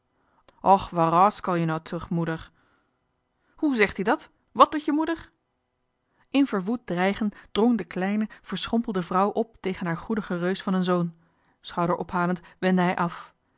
roaskal je nou tuch moeder hoe zeg ie dat wàt doet je moeder in verwoed dreigen drong de kleine verschrompelde vrouw op tegen haar goedigen reus van een zoon schouder-ophalend wendde hij af